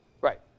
Right